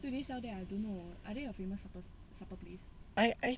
I I